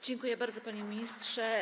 Dziękuję bardzo, panie ministrze.